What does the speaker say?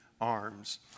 arms